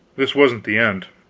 this wasn't the end.